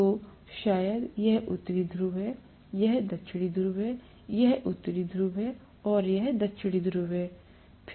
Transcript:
तो शायद यह उत्तरी ध्रुव है यह दक्षिणी ध्रुव है यह उत्तरी ध्रुव है और यह दक्षिणी ध्रुव है